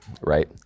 right